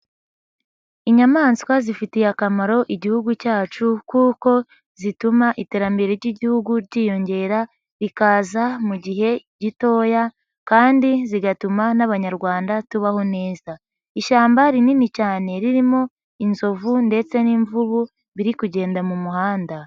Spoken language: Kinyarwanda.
lnyamaswa zifitiye akamaro igihugu cyacu kuko zituma iterambere ry'igihugu ryiyongera, rikaza mu gihe gitoya kandi zigatuma n'abanyarwanda tubaho neza. Ishyamba rinini cyane ririmo inzovu ndetse n'imvubu, biri kugenda mu muhanda.